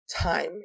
time